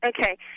Okay